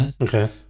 okay